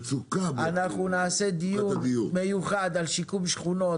נעשה דיון מיוחד על שיקום שכונות,